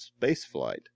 spaceflight